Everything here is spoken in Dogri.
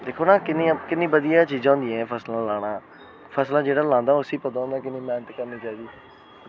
दिक्खो आं किन्नियां बधिया चीज़ां होंदियां एह् फसलां लाना फसलां जेह्ड़ा लांदा उसी पता होंदा कियां फसल लानी होंदी